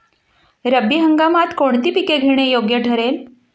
रब्बी हंगामात कोणती पिके घेणे योग्य ठरेल?